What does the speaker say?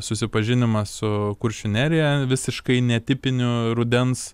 susipažinimas su kuršių nerija visiškai netipiniu rudens